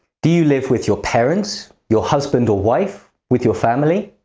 do live with your parents, your husband or wife, with your family?